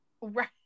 right